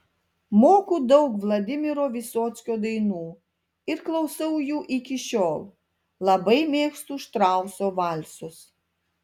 moku daug vladimiro vysockio dainų ir klausau jų iki šiol labai mėgstu štrauso valsus